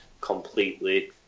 completely